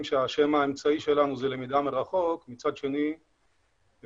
שהשם האמצעי שלנו הוא למידה מרחוק ומצד שני מבינים